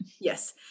Yes